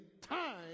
time